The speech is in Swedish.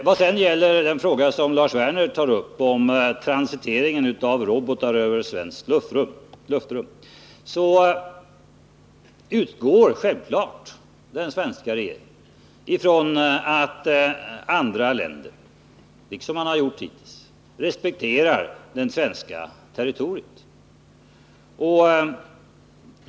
Vad sedan gäller den fråga som Lars Werner tagit upp och som handlar om transiteringen av robotar över svenskt luftrum utgår den svenska regeringen självfallet ifrån att andra länder skall respektera det svenska territoriet.